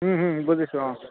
বুজিছোঁ অঁ